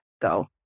go